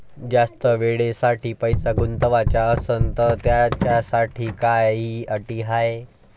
जास्त वेळेसाठी पैसा गुंतवाचा असनं त त्याच्यासाठी काही अटी हाय?